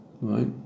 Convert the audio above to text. Right